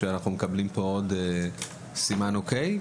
אנחנו מקבלים פה עוד סימן "אוקיי".